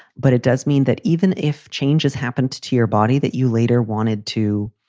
but it does mean that even if changes happen to to your body that you later wanted to